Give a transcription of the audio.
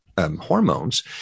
hormones